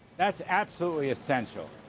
that's absolutely essential.